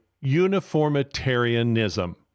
uniformitarianism